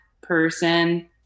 person